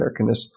Americanness